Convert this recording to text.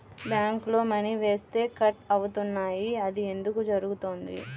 బ్యాంక్లో మని వేస్తే కట్ అవుతున్నాయి అది ఎందుకు జరుగుతోంది?